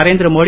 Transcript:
Narendra Modi